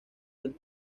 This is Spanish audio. del